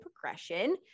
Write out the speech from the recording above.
progression